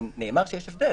נאמר שיש הבדל,